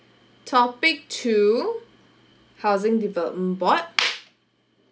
topic two housing development board